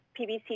PVC